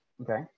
Okay